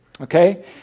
okay